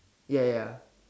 ya ya